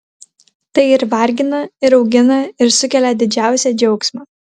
tai ir vargina ir augina ir sukelia didžiausią džiaugsmą